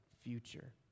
future